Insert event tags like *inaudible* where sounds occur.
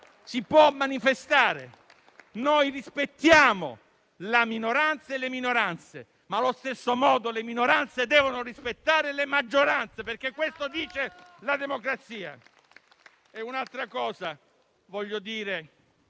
Si può manifestare, noi rispettiamo la minoranza e le minoranze, ma allo stesso modo le minoranze devono rispettare le maggioranze, perché questo prevede la democrazia. *applause* Un'altra cosa voglio dire